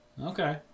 Okay